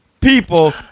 people